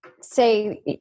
say